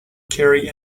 carry